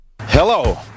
Hello